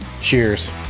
cheers